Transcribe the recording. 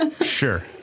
Sure